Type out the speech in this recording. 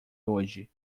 hoje